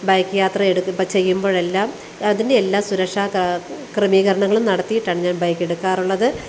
bike യാത്രയിടയ്ക്കിപ്പം ചെയ്യുമ്പോഴെല്ലാം അതിൻ്റെ എല്ലാ സുരക്ഷാ ക്രമീകരങ്ങങ്ങളും നടത്തിയിട്ടാണ് ഞാൻ ബൈക്കെടുക്കാറുള്ളത്